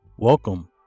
Welcome